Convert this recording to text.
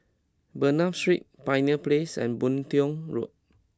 Bernam Street Pioneer Place and Boon Tiong Road